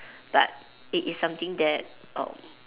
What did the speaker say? but it is something that um